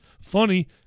Funny